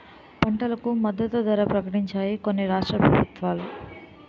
పంటలకు మద్దతు ధర ప్రకటించాయి కొన్ని రాష్ట్ర ప్రభుత్వాలు